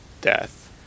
death